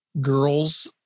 girls